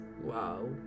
wow